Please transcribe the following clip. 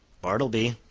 bartleby,